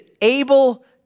able